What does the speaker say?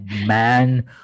man